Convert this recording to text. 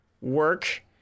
work